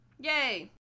yay